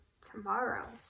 tomorrow